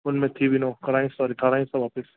हुन में थी वेंदो करायुसि था ठाहिरायुसि था वापसि